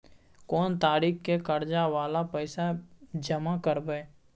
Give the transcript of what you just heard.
कोन तारीख के कर्जा वाला पैसा जमा करबे?